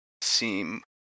seem